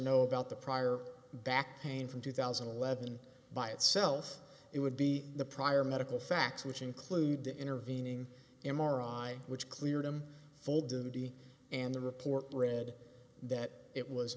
no about the prior back pain from two thousand and eleven by itself it would be the prior medical facts which include the intervening m r i which cleared him full duty and the report read that it was